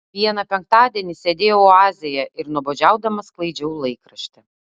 vieną penktadienį sėdėjau oazėje ir nuobodžiaudama sklaidžiau laikraštį